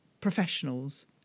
professionals